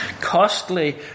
Costly